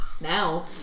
now